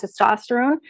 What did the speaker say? testosterone